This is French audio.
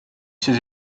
ses